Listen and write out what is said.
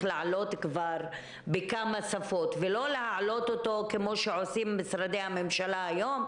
לעלות כבר בכמה שפות ולא להעלות כמו שעושים משרדי הממשלה היום,